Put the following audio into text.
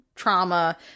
Trauma